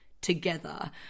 together